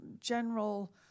general